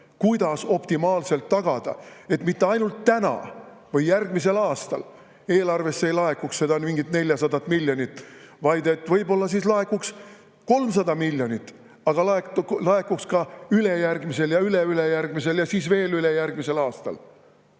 kuidas optimaalselt tagada see, et mitte ainult täna või järgmisel aastal eelarvesse ei laekuks 400 miljonit, vaid et laekuks võib-olla 300 miljonit, aga laekuks ka ülejärgmisel ja üleülejärgmisel ja siis veel ülejärgmisel aastal.